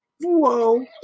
whoa